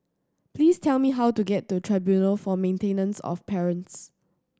please tell me how to get to Tribunal for Maintenance of Parents